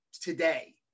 today